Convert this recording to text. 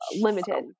limited